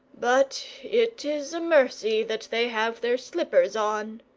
but it is a mercy that they have their slippers on!